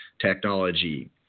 technology